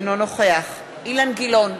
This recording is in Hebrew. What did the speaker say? אינו נוכח אילן גילאון,